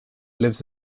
lives